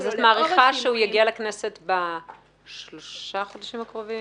את מעריכה שהוא יגיע לכנסת בשלושת החודשים הקרובים?